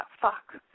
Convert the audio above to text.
fuck